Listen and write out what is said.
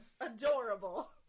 Adorable